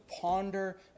ponder